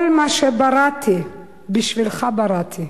"כל מה שבראתי בשבילך בראתי.